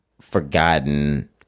forgotten